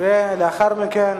לאחר מכן